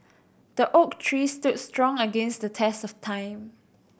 the oak tree stood strong against the test of time